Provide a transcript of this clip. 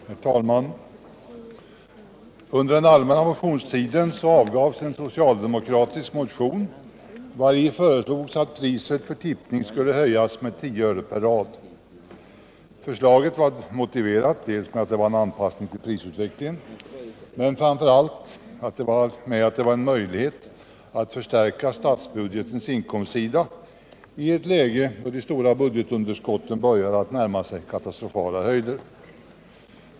Herr talman! Under den allmänna motionstiden väcktes en socialdemokratisk motion, vari föreslås att priset för tippning skulle höjas med 10 öre per rad. Förslaget var motiverat dels med att det var en anpassning till prisutvecklingen, dels och framför allt med att det var en möjlighet att förstärka statsbudgetens inkomstsida i ett läge där de stora budgetunderskotten började närma sig katastrofala belopp.